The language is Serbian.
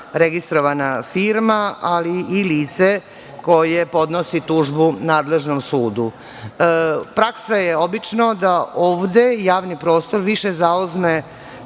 registrovana firma i lice koje podnosi tužbu nadležnom sudu. Praksa je obično da ovde javni prostor više zauzme